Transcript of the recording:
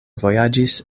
vojaĝis